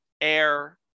air